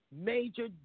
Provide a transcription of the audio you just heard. major